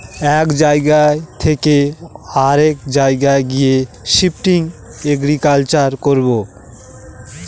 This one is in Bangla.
এক জায়গা থকে অরেক জায়গায় গিয়ে শিফটিং এগ্রিকালচার করবো